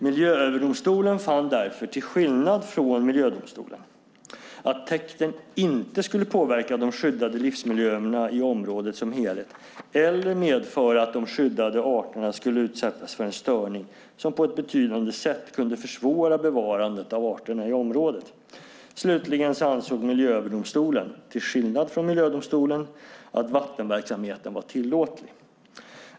Miljööverdomstolen fann därför, till skillnad från miljödomstolen, att täkten inte skulle påverka de skyddade livsmiljöerna i området som helhet eller medföra att de skyddade arterna skulle utsättas för en störning som på ett betydande sätt kunde försvåra bevarandet av arterna i området. Slutligen ansåg Miljööverdomstolen, till skillnad från miljödomstolen, att vattenverksamheten var tillåtlig.